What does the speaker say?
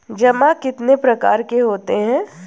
जमा कितने प्रकार के होते हैं?